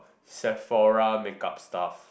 Sephora make up stuff